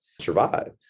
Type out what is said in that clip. survive